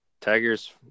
Tigers